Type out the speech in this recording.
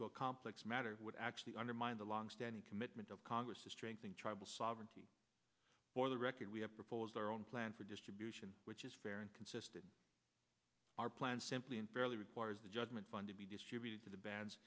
to a complex matter would actually undermine the longstanding commitment of congress to strengthen tribal sovereignty for the record we have proposed our own plan for distribution which is fair and consistent our plan simply unfairly requires the judgment fund to be distributed to the bads